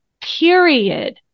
period